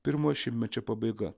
pirmojo šimtmečio pabaiga